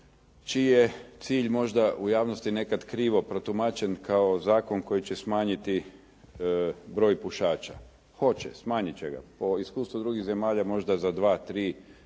čiji je cilj možda u javnosti nekad krivo protumačen kao zakon koji će smanjiti broj pušača. Hoće, smanjit će ga. Po iskustvu drugih zemalja možda za 2, 3, 4%.